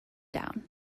down